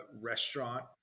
restaurant